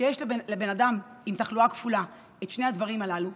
כשיש לאדם עם תחלואה את שני הדברים הללו,